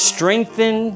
Strengthen